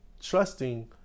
trusting